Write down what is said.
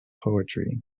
poetry